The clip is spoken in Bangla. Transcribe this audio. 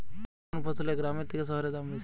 কোন ফসলের গ্রামের থেকে শহরে দাম বেশি?